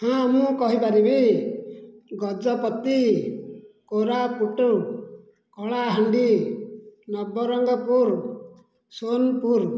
ହଁ ମୁଁ କହିପାରିବି ଗଜପତି କୋରାପୁଟ କଳାହାଣ୍ଡି ନବରଙ୍ଗପୁର ସୋନପୁର